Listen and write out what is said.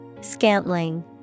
Scantling